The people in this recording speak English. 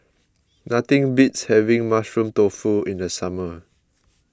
nothing beats having Mushroom Tofu in the summer